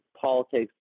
politics